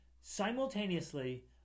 simultaneously